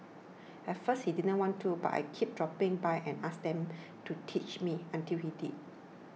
at first he didn't want to but I kept dropping by and asking him to teach me until he did